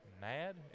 mad